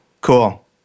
Cool